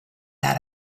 out